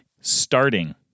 starting